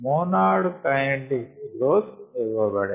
monad kinetics growth ఇవ్వబడెను Monod kinetic for growth is given